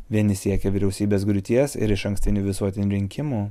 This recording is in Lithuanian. vieni siekia vyriausybės griūties ir išankstinių visuotinių rinkimų